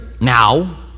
now